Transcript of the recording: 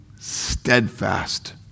steadfast